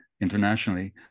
internationally